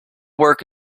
work